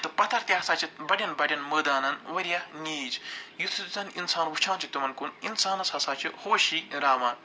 تہٕ پتھر تہِ ہَسا چھِ بَڑٮ۪ن بَڑٮ۪ن مٲدانن وارِیاہ نیٖج یُس یُس زن انسان وٕچھان چھُ تِمن کُن اِنسانس ہَسا چھِ ہوشی راوان